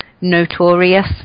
notorious